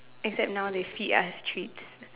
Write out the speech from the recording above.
except now they see us treat